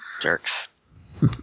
Jerks